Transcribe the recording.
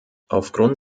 aufgrund